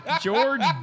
George